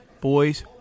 boys